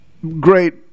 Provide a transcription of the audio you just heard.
great